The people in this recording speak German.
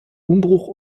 umbruch